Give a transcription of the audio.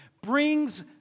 brings